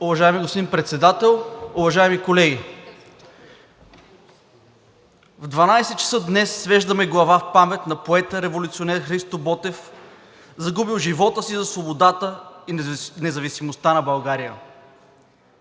Уважаеми господин Председател, уважаеми колеги! В 12,00 ч. днес свеждаме глава в памет на поета революционер Христо Ботев, загубил живота си за свободата и независимостта на България.